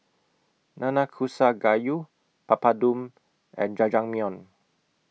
Nanakusa Gayu Papadum and Jajangmyeon